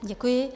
Děkuji.